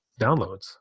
downloads